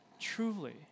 truly